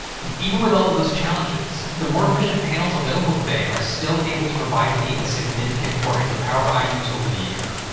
and even with all of those challenges, the more efficient panels available today are still able to provide me a significant portion of the power i use over the year.